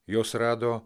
jos rado